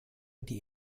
die